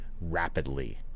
rapidly